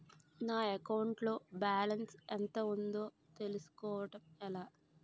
నా అకౌంట్ లో బాలన్స్ ఎంత ఉందో తెలుసుకోవటం ఎలా?